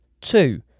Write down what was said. Two